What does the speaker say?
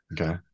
okay